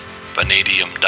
Vanadium